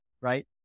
right